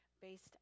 based